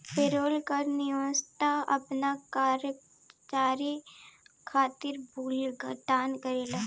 payroll कर नियोक्ता आपना कर्मचारी खातिर भुगतान करेला